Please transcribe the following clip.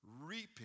Reaping